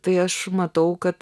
tai aš matau kad